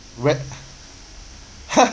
red